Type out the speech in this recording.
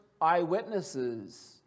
eyewitnesses